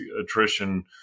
attrition